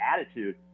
attitude